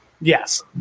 Yes